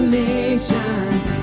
nations